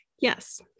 yes